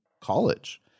college